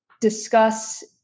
discuss